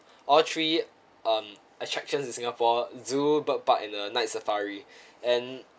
all three um attractions in singapore zoo bird park and the night safari and